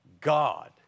God